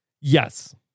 Yes